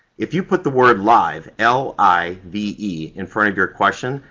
if you put the word live l i v e in front of your question,